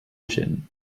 gent